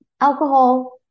alcohol